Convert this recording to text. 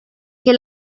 que